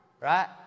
Right